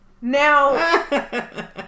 Now